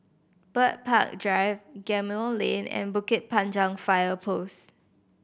Bird Park Drive Gemmill Lane and Bukit Panjang Fire Post